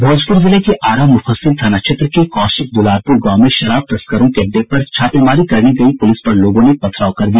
भोजपुर जिले के आरा मुफस्सिल थाना क्षेत्र के कौशिक दुलारपुर गांव में शराब तस्करों के अड्डे पर छापेमारी करने गयी पुलिस पर लोगों ने पथराव कर दिया